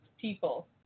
people